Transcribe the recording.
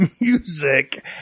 music